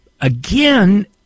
again